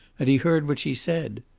and he heard what she said.